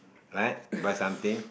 right buy something